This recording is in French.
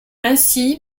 ainsi